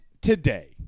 today